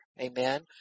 Amen